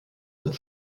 und